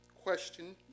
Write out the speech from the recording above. question